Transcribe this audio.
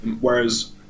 Whereas